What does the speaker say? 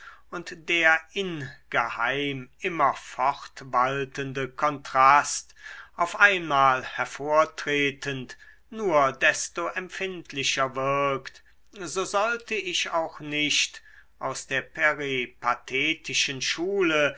und der in geheim immer fortwaltende kontrast auf einmal hervortretend nur desto empfindlicher wirkt so sollte ich auch nicht aus der peripatetischen schule